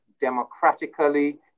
democratically